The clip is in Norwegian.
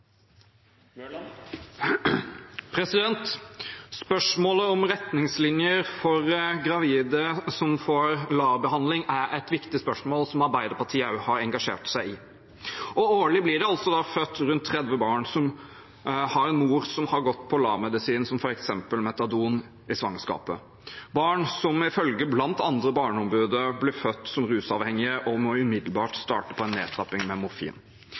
et viktig spørsmål, som Arbeiderpartiet har engasjert seg i. Årlig blir det født rundt 30 barn som har en mor som har gått på LAR-medisin, som f.eks. Metadon, i svangerskapet – barn som ifølge bl.a. Barneombudet blir født som rusavhengige og umiddelbart må starte på en nedtrapping med